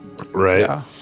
Right